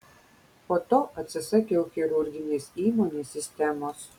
po to atsisakiau chirurginės įmonės sistemos